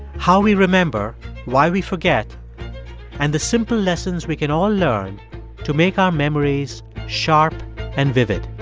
how we remember, why we forget and the simple lessons we can all learn to make our memories sharp and vivid